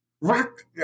Rock